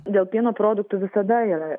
dėl pieno produktų visada yra